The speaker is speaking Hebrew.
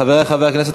חברי חברי הכנסת,